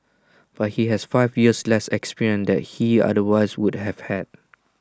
but he has five years less experience that he otherwise would have had